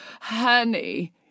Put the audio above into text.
honey